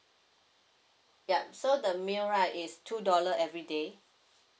yup so the meal right is two dollar everyday